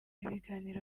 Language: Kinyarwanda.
ibiganiro